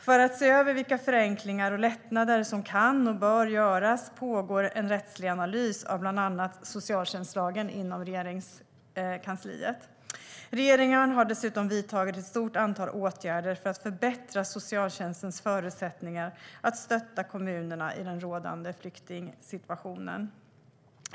För att se över vilka förenklingar och lättnader som kan och bör göras pågår en rättslig analys av bland annat socialtjänstlagen inom Regeringskansliet. Regeringen har dessutom vidtagit ett stort antal åtgärder för att förbättra socialtjänstens förutsättningar och stötta kommunerna i den rådande flyktingsituationen.